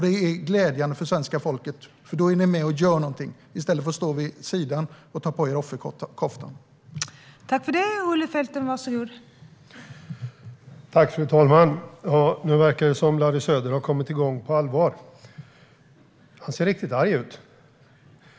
Det är glädjande för svenska folket, för då är ni med och gör någonting i stället för att ni tar på er offerkoftan och står vid sidan av.